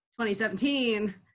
2017